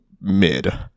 mid